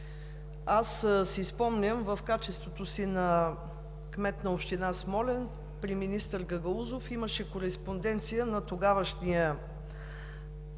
Аз си спомням, в качеството си на кмет на община Смолян, при министър Гагаузов имаше кореспонденция с тогавашния